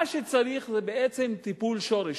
מה שצריך זה בעצם טיפול שורש.